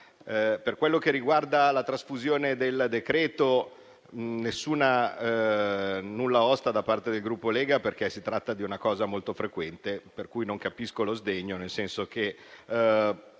Per quello che riguarda la trasfusione del decreto, nulla osta da parte del Gruppo Lega, perché si tratta di una cosa molto frequente. Non capisco lo sdegno; tante volte,